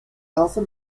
also